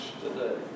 today